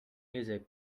music